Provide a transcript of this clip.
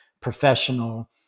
professional